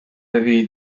avez